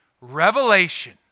Revelation